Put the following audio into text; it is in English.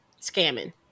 scamming